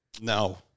No